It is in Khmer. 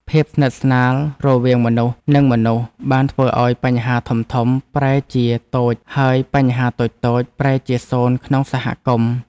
ភាពស្និទ្ធស្នាលរវាងមនុស្ស និងមនុស្សបានធ្វើឱ្យបញ្ហាធំៗប្រែជាតូចហើយបញ្ហាតូចៗប្រែជាសូន្យក្នុងសហគមន៍។